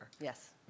Yes